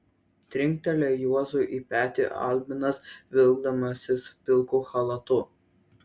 trinktelėjo juozui į petį albinas vilkdamasis pilku chalatu